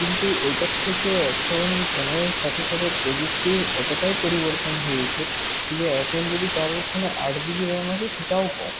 কিন্তু ওটার থেকে এখন সময়ের সাথে সাথে প্রযুক্তির এতটাই পরিবর্তন হয়েছে কী যে এখন যদি কারো ফোনে আট জিবি র্যাম আছে সেটাও কম